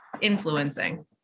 influencing